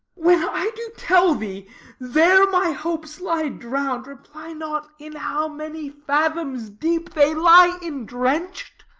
when i do tell thee there my hopes lie drown'd, reply not in how many fathoms deep they lie indrench'd.